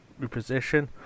reposition